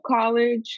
college